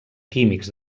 químics